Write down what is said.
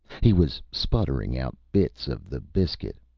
he was sputtering out bits of the biscuit.